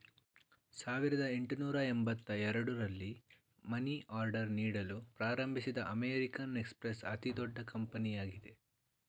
ಸಾವಿರದ ಎಂಟುನೂರು ಎಂಬತ್ತ ಎರಡು ರಲ್ಲಿ ಮನಿ ಆರ್ಡರ್ ನೀಡಲು ಪ್ರಾರಂಭಿಸಿದ ಅಮೇರಿಕನ್ ಎಕ್ಸ್ಪ್ರೆಸ್ ಅತಿದೊಡ್ಡ ಕಂಪನಿಯಾಗಿದೆ